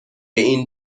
این